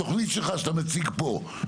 התוכנית שלך שאתה מציג פה,